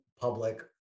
public